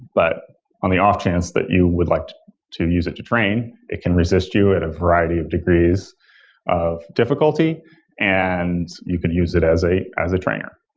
but on the off chance that you would like to use it to train, it can resist you at a variety of degrees of difficulty and you could use it as a as a trainer.